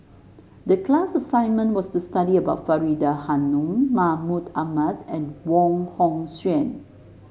the class assignment was to study about Faridah Hanum Mahmud Ahmad and Wong Hong Suen